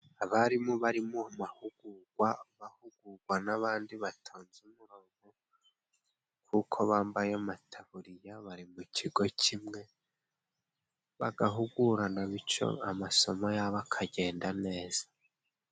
Abarimu bari mu mahugugwa, bahugugwa n'abandi batonze umurongo kuko bambaye amataburiya bari mu kigo kimwe, bagahugurana bityo amasomo yabo akagenda neza.